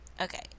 Okay